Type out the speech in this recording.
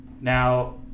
Now